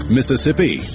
Mississippi